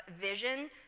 vision